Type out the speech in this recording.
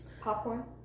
Popcorn